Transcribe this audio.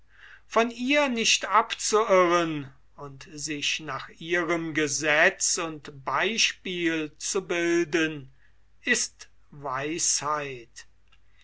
von ihr nicht abzuirren und sich nach ihrem gesetz und beispiel zu bilden ist weisheit